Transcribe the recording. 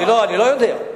אני לא יודע,